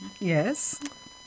yes